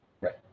right